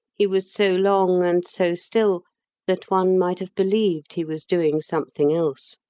he was so long and so still that one might have believed he was doing something else.